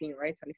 right